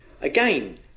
again